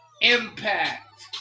impact